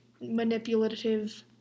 manipulative